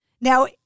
Now